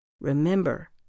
Remember